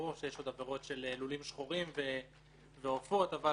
ברור שיש עוד עבירות של לולים שחורים ועופות, אבל